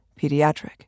pediatric